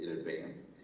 advance